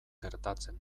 gertatzen